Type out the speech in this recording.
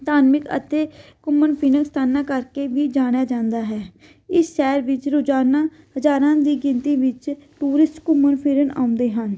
ਧਾਰਮਿਕ ਅਤੇ ਘੁੰਮਣ ਫਿਰਨ ਸਥਾਨਾਂ ਕਰਕੇ ਵੀ ਜਾਣਿਆ ਜਾਂਦਾ ਹੈ ਇਸ ਸ਼ਹਿਰ ਵਿੱਚ ਰੋਜ਼ਾਨਾ ਹਜ਼ਾਰਾਂ ਦੀ ਗਿਣਤੀ ਵਿੱਚ ਟੂਰਿਸਟ ਘੁੰਮਣ ਫਿਰਨ ਆਉਂਦੇ ਹਨ